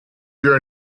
your